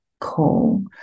call